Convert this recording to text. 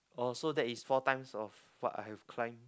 oh so that is four times of what I have climb